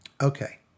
Okay